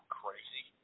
crazy